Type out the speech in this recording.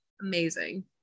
amazing